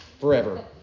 forever